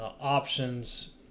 options